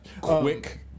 Quick